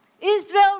Israel